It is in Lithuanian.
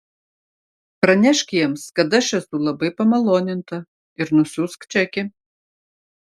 pranešk jiems kad aš esu labai pamaloninta ir nusiųsk čekį